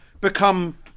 become